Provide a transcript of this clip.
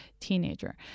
teenager